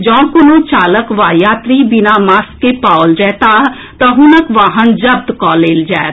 जँ कोनो चालक वा यात्री बिना मास्क के पाओल जएताह तऽ हुनक वाहन जब्त कऽ लेल जायत